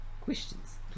questions